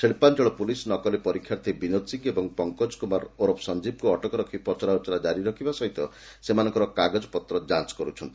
ଶିବ୍ବାଞ୍ଚଳ police ନକଲି ପରୀକ୍ଷାର୍ଥୀ ବିନୋଦ ସିଂହ ଓ ପଙ୍କଜ କୁମାର ଓରଫ ସଞୀବକୁ ଅଟକ ରଖ ପଚରାଉଚରା କାରି ରଖିବା ସହିତ ସେମାନଙ୍କ କାଗଜପତ୍ର ଯାଞ କରୁଛି